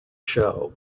show